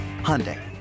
Hyundai